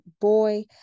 boy